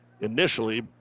initially